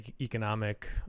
economic